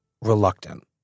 Reluctant